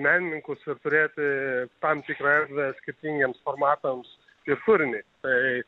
menininkus ir turėti tam tikrą erdvę skirtingiems formatams ir turiniui tai